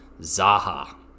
Zaha